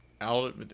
out